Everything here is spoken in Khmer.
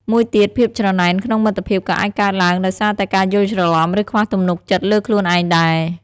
មួយទៀត ភាពច្រណែនក្នុងមិត្តភាពក៏អាចកើតឡើងដោយសារតែការយល់ច្រឡំ ឬខ្វះទំនុកចិត្តលើខ្លួនឯងដែរ។